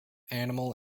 animal